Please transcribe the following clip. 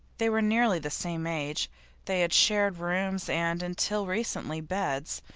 they were nearly the same age they had shared rooms, and, until recently, beds,